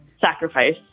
sacrifice